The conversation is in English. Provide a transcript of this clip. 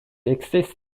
existed